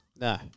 No